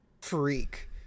freak